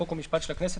חוק ומשפט של הכנסת,